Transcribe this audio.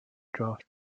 draft